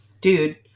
dude